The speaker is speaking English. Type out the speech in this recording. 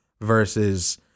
versus